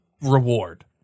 reward